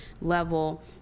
level